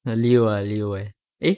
oh lieu~ ah lieu~ eh